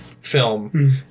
film